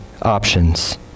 Options